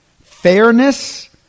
Fairness